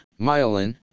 myelin